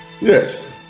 yes